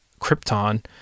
Krypton